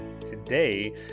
today